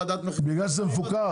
בגלל שזה מפוקח.